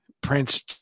Prince